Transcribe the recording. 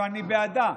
שאני בעדה,